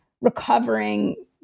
recovering